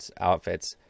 outfits